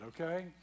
okay